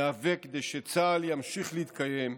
ניאבק כדי שצה"ל ימשיך להתקיים,